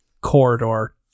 corridor